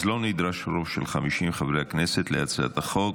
אז לא נדרש רוב של 50 חברי הכנסת להצעת החוק.